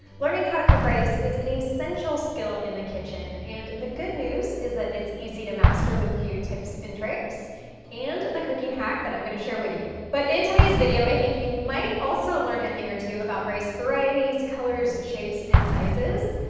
learning how to cook rice is an essential skill in the kitchen, and the good news is that it's easy to master with a few tips and tricks and the cooking hack that i'm gonna share with you. but, in today's video, i think you might also learn a thing or two about rice varieties, colors, shapes, and sizes,